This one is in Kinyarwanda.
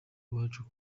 iwacu